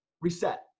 Reset